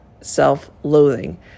self-loathing